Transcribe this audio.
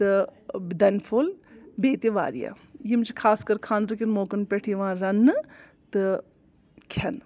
تہٕ دَنہِ پھوٚل بیٚیہِ تہِ واریاہ یِم چھِ خاص کَر خانٛدرٕ کہِ موقَعن پٮ۪ٹھ یِوان رَننہٕ تہٕ کھٮ۪نہٕ